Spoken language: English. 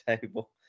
table